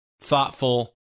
thoughtful